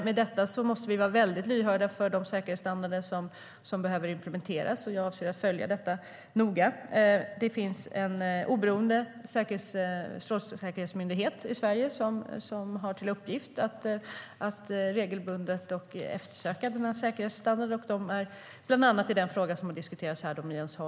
Det gör att vi måste vara väldigt lyhörda inför de säkerhetsstandarder som behöver implementeras, och jag avser att följa detta noga. Det finns en oberoende strålsäkerhetsmyndighet i Sverige som har till uppgift att regelbundet eftersöka säkerhetsstandarder. Det gäller bland annat i den fråga som har diskuterats här med Jens Holm.